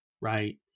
right